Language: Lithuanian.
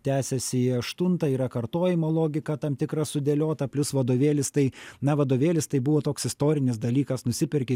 tęsiasi į aštuntą yra kartojimo logika tam tikra sudėliota plius vadovėlis tai na vadovėlis tai buvo toks istorinis dalykas nusiperki